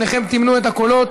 שניכם תמנו את הקולות.